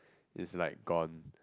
is like gone